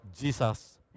Jesus